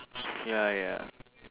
ya ya